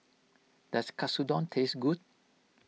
does Katsudon taste good